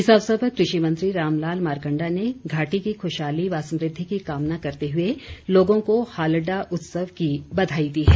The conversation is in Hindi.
इस अवसर पर कृषि मंत्री रामलाल मारकंडा ने घाटी की खुशहाली व समृद्धि की कामना करते हुए लोगों को हालडा उत्सव की बधाई दी है